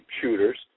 shooters